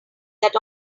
that